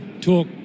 talk